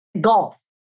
golf